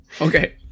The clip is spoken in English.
Okay